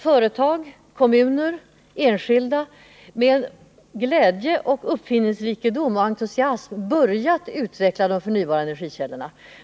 Företag, kommuner och enskilda har med uppfinningsrikedom och entusiasm börjat utveckla de förnybara energikällorna.